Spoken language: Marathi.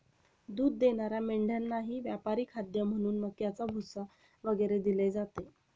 दूध देणाऱ्या मेंढ्यांनाही व्यापारी खाद्य म्हणून मक्याचा भुसा वगैरे दिले जाते